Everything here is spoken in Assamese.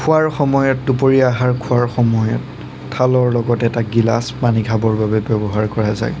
খোৱাৰ সময়ত দুপৰীয়া আহাৰ খোৱাৰ সময়ত থালৰ লগত এটা গিলাচ পানী খাবৰ বাবে ব্যৱহাৰ কৰা যায়